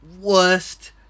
worst